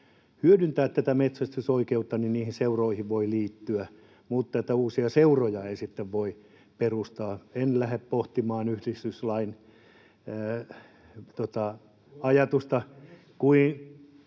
hyödyntää tätä metsästysoikeutta, niihin seuroihin voi liittyä, mutta uusia seuroja ei sitten voi perustaa. En lähde pohtimaan yhdistyslain ajatusta,